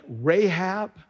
Rahab